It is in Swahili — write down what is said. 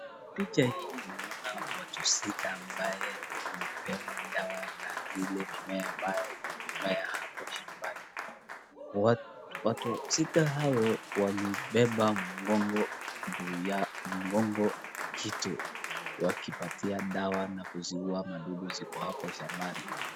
Picha hii naona watu sita ambao wamebeba dawa na zile mimea ambayo imemea hapo shambani. Watu sita hao wamebeba kitu kwa mgongo, wakipatia dawa na kuziua madudu ziko hapo shambani.